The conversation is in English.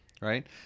right